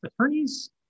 attorneys